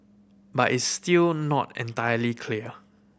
but it's still not entirely clear